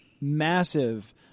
massive